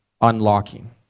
unlocking